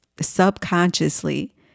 subconsciously